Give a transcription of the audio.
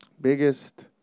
Biggest